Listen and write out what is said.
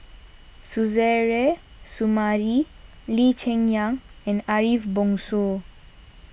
Suzairhe Sumari Lee Cheng Yan and Ariff Bongso